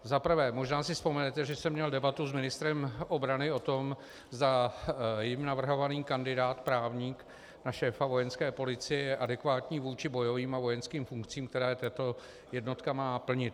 Za prvé, možná si vzpomenete, že jsem měl debatu s ministrem obrany o tom, zda jím navrhovaný kandidát, právník, na šéfa Vojenské policie je adekvátní vůči bojovým a vojenským funkcím, které tato jednotka má plnit.